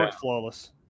Flawless